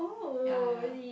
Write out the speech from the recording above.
ya ya ya